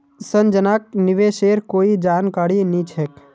संजनाक निवेशेर कोई जानकारी नी छेक